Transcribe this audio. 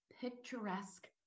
picturesque